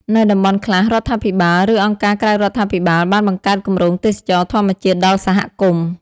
នៅតំបន់ខ្លះ រដ្ឋាភិបាល ឬអង្គការក្រៅរដ្ឋាភិបាលបានបង្កើតគម្រោងទេសចរណ៍ធម្មជាតិដល់សហគមន៍។